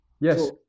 Yes